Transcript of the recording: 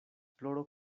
ploro